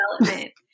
development